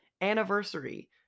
anniversary